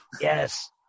Yes